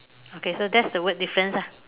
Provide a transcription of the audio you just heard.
okay so that's the word difference ah